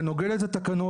זה נוגד את התקנות.